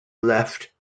left